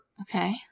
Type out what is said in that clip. Okay